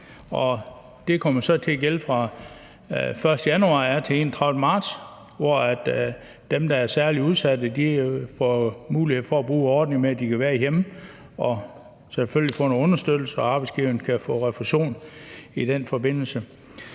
Det kommer så til at gælde fra 1. januar til 31. marts, hvor dem, der er særligt udsatte, får mulighed for at bruge ordningen med, at de kan være hjemme og selvfølgelig få noget understøttelse, og arbejdsgiveren kan få refusion i den forbindelse.